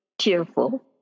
cheerful